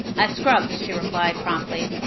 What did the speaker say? i scrub she replied promptly.